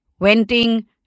venting